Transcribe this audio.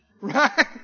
Right